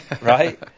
right